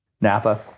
Napa